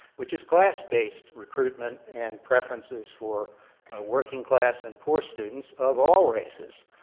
which is class based recruitment and preferences for working class and poor students of all races.